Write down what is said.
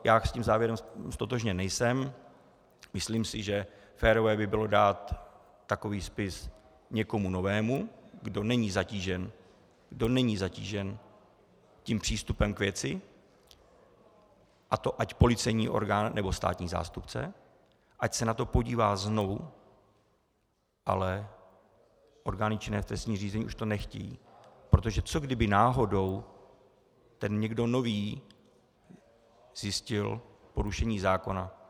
Já s tím závěrem ztotožněn nejsem, myslím si, že férové by bylo dát takový spis někomu novému, kdo není zatížen tím přístupem k věci, a to ať policejní orgán, nebo státní zástupce, ať se na to podívá znovu, ale orgány činné v trestním řízení už to nechtějí protože co kdyby náhodou ten někdo nový zjistil porušení zákona?